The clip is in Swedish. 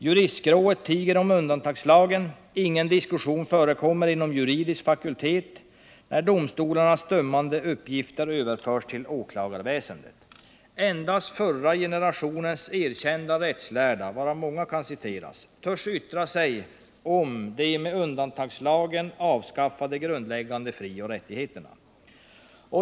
Juristskrået tiger om undantagslagen; ingen diskussion förekommer inom juridisk fakultet, när domstolarnas dömande uppgifter överförs till åklagarväsendet. Endast förra generationens erkända rättslärda, av vilka många kan citeras, törs yttra sig om de, med undantagslagen avskaffade, grundläggande frioch rättigheterna.